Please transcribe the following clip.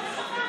לא שכחנו.